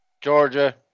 Georgia